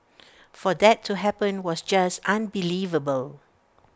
for that to happen was just unbelievable